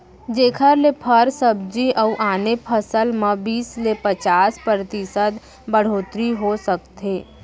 एखर ले फर, सब्जी अउ आने फसल म बीस ले पचास परतिसत बड़होत्तरी हो सकथे